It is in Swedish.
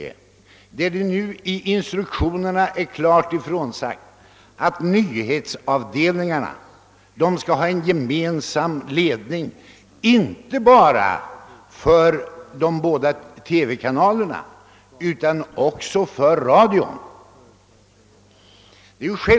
Det har klart sagts ifrån, att nyhetsavdelningarna inte bara för de två TV kanalerna utan även för radion skall ha en gemensam ledning.